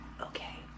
okay